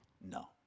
no